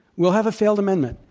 we'll have a failed amendment.